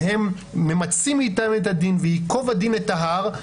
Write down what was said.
והם ממצים מאיתנו את הדין וייקוב הדין את ההר.